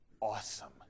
awesome